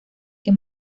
que